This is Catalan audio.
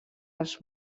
els